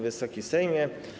Wysoki Sejmie!